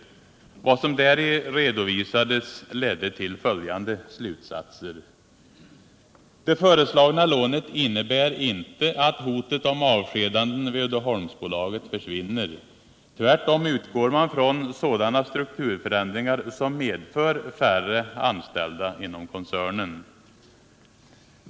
Vad som däri redovisades ledde till följande slutsatser: Det föreslagna lånet innebär inte att hotet om avskedanden vid Uddeholmsbolaget försvinner. Tvärtom utgår man från sådana strukturförändringar som medför färre anställda inom koncernen.